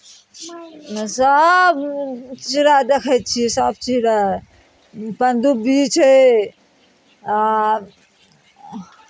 सभ चिड़ै देखै छियै सभ चिड़ै पनडुब्बी छै आ